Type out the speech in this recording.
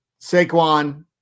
Saquon